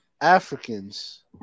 Africans